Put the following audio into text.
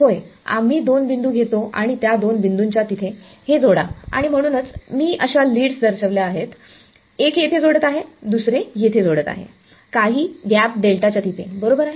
होय आम्ही दोन बिंदू घेतो आणि त्या दोन बिंदूंच्या तिथे हे जोडा आणि म्हणूनच मी अशा लीड्स दर्शविल्या आहेत एक येथे जोडत आहे दुसरे येथे जोडत आहे काही गॅप डेल्टा च्या तिथे बरोबर आहे